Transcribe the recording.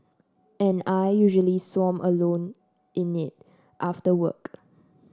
and I usually swam alone in it after work